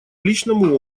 личному